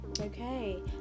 Okay